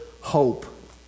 hope